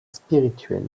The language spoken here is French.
spirituels